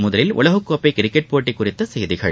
முதலில் உலகக்கோப்பை கிரிக்கெட் போட்டி குறித்த செய்திகள்